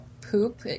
poop